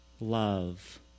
love